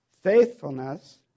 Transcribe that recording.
faithfulness